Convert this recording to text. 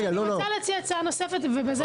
אנחנו רוצים להציע הצעה נוספת, ובזה נסיים.